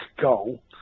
goal